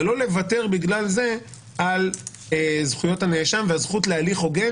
אבל לא לוותר בגלל זה על זכויות הנאשם והזכות להליך הוגן,